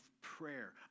prayer